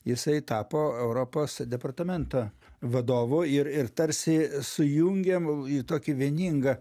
jisai tapo europos departamento vadovu ir ir tarsi sujungiam į tokį vieningą